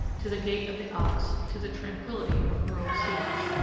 to the gait of the ox, to the tranquillity of rural scenes,